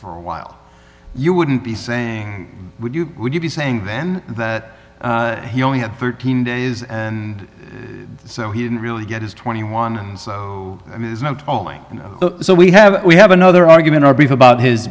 for a while you wouldn't be saying would you would you be saying then that he only had thirteen days and so he didn't really get his twenty one dollars so i mean there's no tolling so we have we have another argument our beef about his